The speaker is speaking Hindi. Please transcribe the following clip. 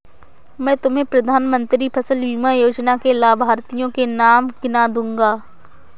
मैं तुम्हें प्रधानमंत्री फसल बीमा योजना के लाभार्थियों के नाम गिना दूँगा